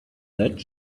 that